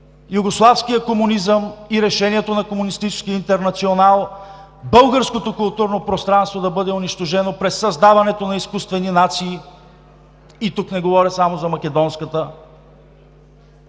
югославския комунизъм и решението на Комунистическия интернационал българското културно пространство да бъде унищожено през създаването на изкуствени нации – тук не говоря само за македонската,